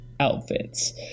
outfits